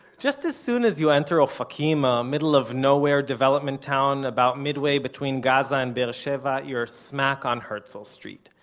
just as soon as you enter ofakim, a middle of nowhere development town about midway between gaza and be'er sheva, you're smack on herzl street.